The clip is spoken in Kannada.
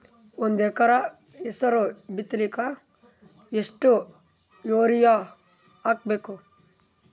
ಒಂದ್ ಎಕರ ಹೆಸರು ಬಿತ್ತಲಿಕ ಎಷ್ಟು ಯೂರಿಯ ಹಾಕಬೇಕು?